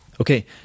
Okay